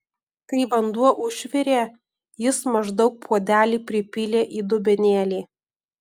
kai vanduo užvirė jis maždaug puodelį pripylė į dubenėlį